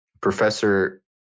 Professor